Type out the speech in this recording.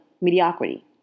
mediocrity